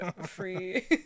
free